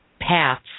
paths